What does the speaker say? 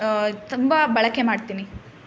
ತುಂಬ ಬಳಕೆ ಮಾಡ್ತೀನಿ